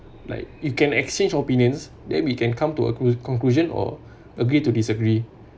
like you can exchange opinions then we can come to a conclusion or agree to disagree